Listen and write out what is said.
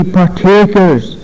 partakers